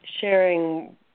sharing